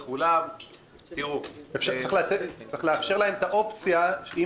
צריך לאפשר להם את האופציה.